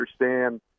understand